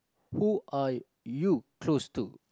who are you close to